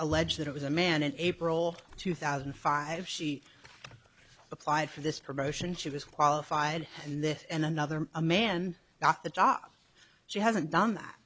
allege that it was a man in april two thousand and five she applied for this promotion she was qualified and this and another a man got the job she hasn't done that